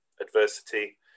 adversity